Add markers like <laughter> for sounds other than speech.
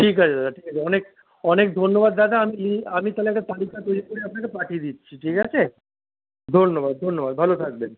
ঠিক আছে দাদা ঠিক আছে অনেক অনেক ধন্যবাদ দাদা আমি <unintelligible> আমি তা হলে একটা তালিকা তৈরি করে আপনাকে পাঠিয়ে দিচ্ছি ঠিক আছে ধন্যবাদ ধন্যবাদ ভালো থাকবেন